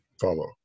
follow